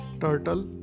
turtle